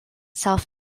self